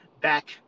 back